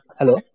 hello